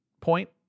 point